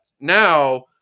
now